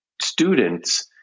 students